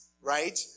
right